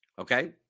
Okay